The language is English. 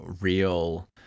real